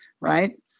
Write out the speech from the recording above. right